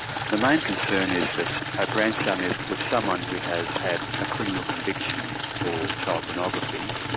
the main concern is that our grandson is with someone who has had a criminal conviction for child pornography.